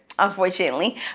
unfortunately